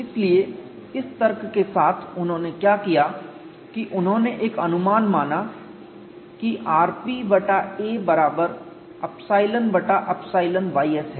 इसलिए इस तर्क के साथ उन्होंने क्या किया कि उन्होंने एक अनुमान माना कि rp बटा a बराबर ϵ बटा ϵ ys है